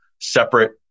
separate